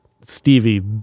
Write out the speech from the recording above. Stevie